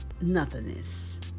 nothingness